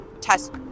test